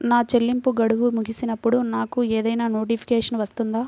నా చెల్లింపు గడువు ముగిసినప్పుడు నాకు ఏదైనా నోటిఫికేషన్ వస్తుందా?